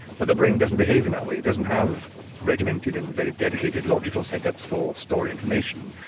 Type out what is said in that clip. but the brain doesn't behave in that way, it doesn't have regimented and very dedicated logical setups for storing information.